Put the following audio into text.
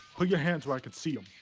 put your hands where i can see em.